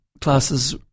Classes